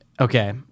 okay